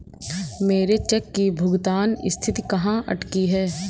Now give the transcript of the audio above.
मेरे चेक की भुगतान स्थिति कहाँ अटकी है?